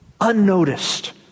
unnoticed